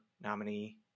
nominee